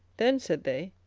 then said they,